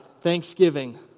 Thanksgiving